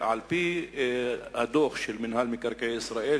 ובדוח של מינהל מקרקעי ישראל,